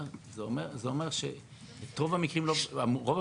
זה אומר שאת רוב המקרים המשטרה לא פענחה.